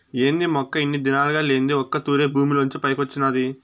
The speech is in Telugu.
ఏంది మొక్క ఇన్ని దినాలుగా లేంది ఒక్క తూరె భూమిలోంచి పైకొచ్చినాది